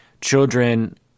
children